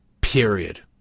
Period